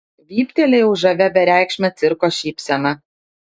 vyptelėjau žavia bereikšme cirko šypsena